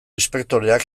inspektoreak